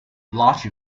large